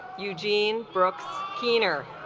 eugene brooks keener